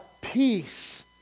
peace